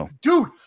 Dude